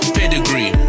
Pedigree